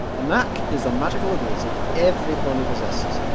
a knack is a magical ability every pony possesses.